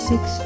Six